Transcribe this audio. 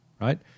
Right